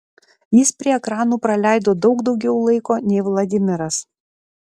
jis prie ekranų praleido daug daugiau laiko nei vladimiras